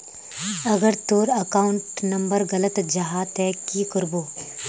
अगर तोर account number गलत जाहा ते की करबो?